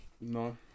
No